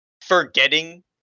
forgetting